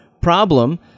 problem